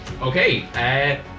Okay